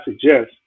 suggest